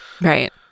Right